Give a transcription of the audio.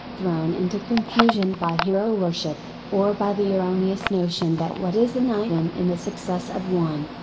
thrown into confusion by hero worship, or by the erroneous notion that what is an item in the success of one,